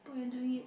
but you're doing it